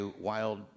wild